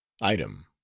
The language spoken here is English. item